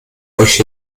euch